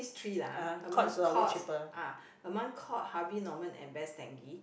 three lah among Courts ah among Courts Harvey Norman and Best Denki